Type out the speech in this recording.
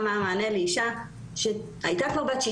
אני לא מבינה מה המענה לאישה שהייתה כבר בת 60,